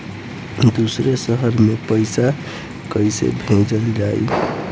दूसरे शहर में पइसा कईसे भेजल जयी?